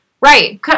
Right